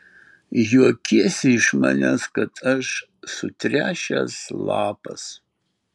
juokiesi iš manęs kad aš sutręšęs lapas